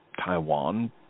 Taiwan